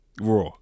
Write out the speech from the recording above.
Raw